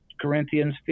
Corinthians